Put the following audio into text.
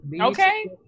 Okay